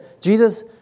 Jesus